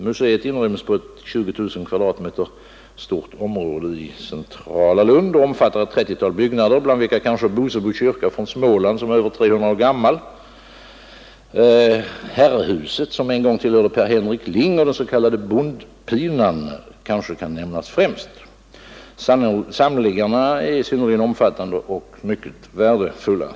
Museet inrymmes på ett 20 000 m? stort område i centrala Lund och omfattar ett 30-tal byggnader, bland vilka kanske Bosebo kyrka från Småland — som är mer än 300 år gammal — Herrehuset, som en gång tillhörde Per Henrik Ling, och den s.k. Bondpinan kan nämnas främst. Samlingarna är synnerligen omfattande och mycket värdefulla.